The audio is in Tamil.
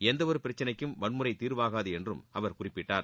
எந்த ஒரு பிரச்சினைக்கும் வன்முறை தீர்வாகாது என்றும் அவர் குறிப்பிட்டார்